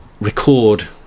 Record